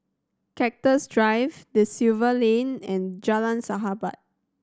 Cactus Drive Da Silva Lane and Jalan Sahabat